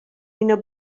ina